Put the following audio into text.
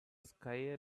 skier